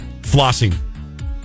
Flossing